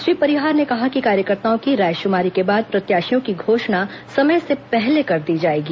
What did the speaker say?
श्री परिहार ने कहा कि कार्यकर्ताओं की रायशुमारी के बाद प्रत्याशियों की घोषणा समय से पहले कर दी जाएगी